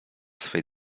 swej